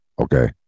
okay